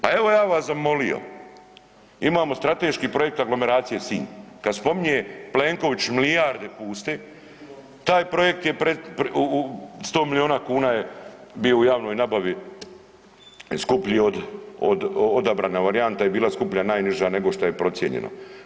Pe evo ja bih vas zamolio imamo strateški projekt aglomeracije Sinj, kada spominje Plenković milijarde puste taj projekt je 100 milijuna kuna bio u javnoj nabavi skuplji, odabrana varijanta je bila skuplja najniža nego što je procijenjeno.